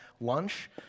lunch